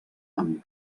amb